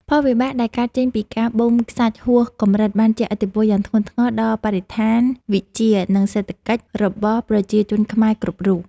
ផលវិបាកដែលកើតចេញពីការបូមខ្សាច់ហួសកម្រិតបានជះឥទ្ធិពលយ៉ាងធ្ងន់ធ្ងរដល់បរិស្ថានវិទ្យា និង សេដ្ឋកិច្ចរបស់ប្រជាជនខ្មែរគ្រប់រូប។